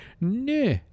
Nah